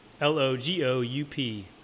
l-o-g-o-u-p